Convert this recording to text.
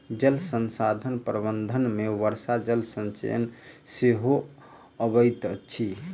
जल संसाधन प्रबंधन मे वर्षा जल संचयन सेहो अबैत अछि